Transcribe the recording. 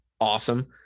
awesome